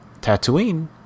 Tatooine